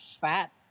fat